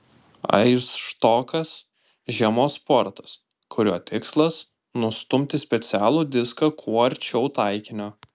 aisštokas žiemos sportas kurio tikslas nustumti specialų diską kuo arčiau taikinio